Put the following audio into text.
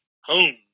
home